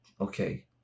okay